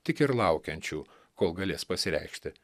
tik ir laukiančių kol galės pasireikšti